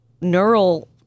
neural